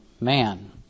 man